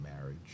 marriage